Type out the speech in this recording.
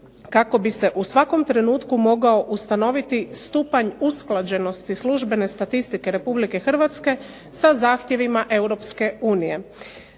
kako bi se u svakom trenutku mogao ustanoviti stupanj usklađenosti službene statistike RH sa zahtjevima EU. Godišnjim